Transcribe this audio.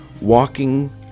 walking